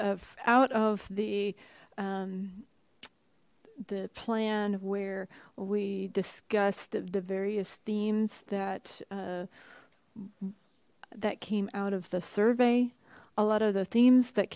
out of the music the plan where we discussed the various themes that uh that came out of the survey a lot of the themes that